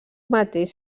mateix